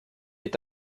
est